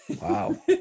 Wow